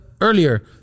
earlier